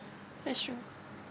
that's true